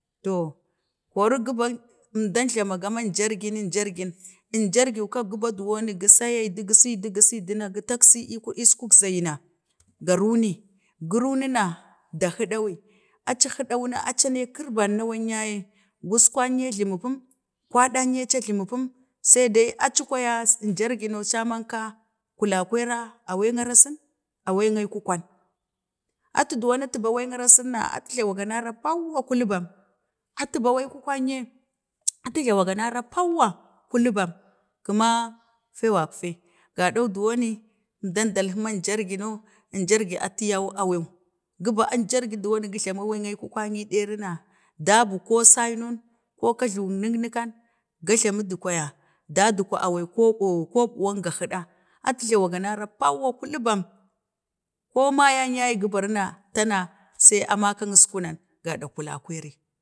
to koro ku ban əmdan pamagang jergi nyajergin, nyajam gi ka, kəban dowon gə saydo, gə sedu, gəsedu na gə taksi əskuk zayi na ga runi, gə run, na ta hidawe, aci hiɗawuna aca na kirban nawan yaye, guskwa ye jluma pum kwadan yle aca jlumupum, sai dai aci kwaya nyajargino caman ka, kula kwaira awak arasin, awak aikukwan, atu dowan atu beng awang arasun na atu jlawaga nara panwa kullu bann, atu ban aikukwan nye atu jlawa ga nara pauwa, kullu bam kəma, fee gag fee, gadan dowan ni əmdeng dalhi man giyajargi man, atu yan awai, gəbang nyaje gi za kəjlamu awai aikukwa ɗeri na abu ko sainon, ko kajluwan nəknəkan gajlamudu kwaya, dadgwan ko aiwai kobuwa or kobuwan gahida ato glawaga nara pauwa kullu bam, ko meyan ye kəbari na aci ta na gai aci a maka əskunan gadak kulla kwairi.